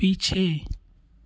पीछे